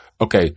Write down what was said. okay